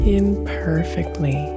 imperfectly